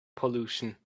pollution